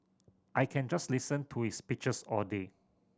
I can just listen to his speeches all day